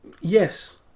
Yes